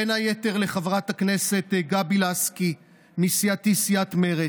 בין היתר, לחברת הכנסת גבי לסקי מסיעתי, סיעת מרצ,